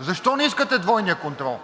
Защо не искате двойния контрол?